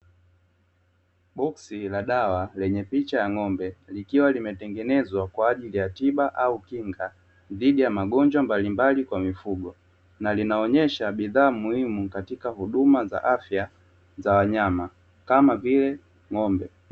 Boski la dawa lenye picha ya ng'ombe likiwa limetengenezwa kwa ajili ya tiba au kinga dhidi ya magonjwa mbalimbali kwa mifugo, na linaonyesha bidhaa muhimu katika huduma za afya za wanyama kama vile ng'ombe.